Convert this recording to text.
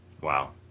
Wow